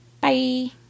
Bye